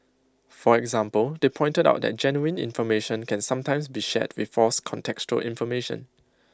for example they pointed out that genuine information can sometimes be shared with false contextual information